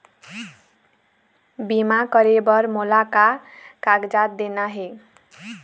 बीमा करे बर मोला का कागजात देना हे?